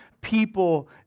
people